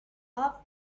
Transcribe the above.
half